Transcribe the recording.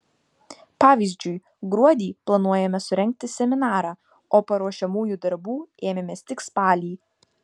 pavyzdžiui gruodį planuojame surengti seminarą o paruošiamųjų darbų ėmėmės tik spalį